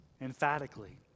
emphatically